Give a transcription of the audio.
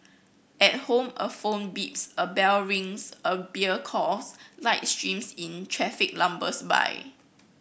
at home a phone beeps a bell rings a beer calls light streams in traffic lumbers by